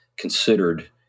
considered